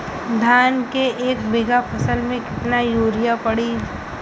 धान के एक बिघा फसल मे कितना यूरिया पड़ी?